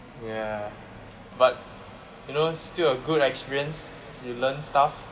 ya but you know still a good experience you learn stuff